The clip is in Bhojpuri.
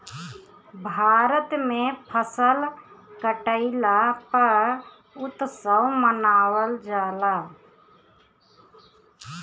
भारत में फसल कटईला पअ उत्सव मनावल जाला